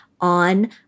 on